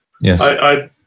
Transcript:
Yes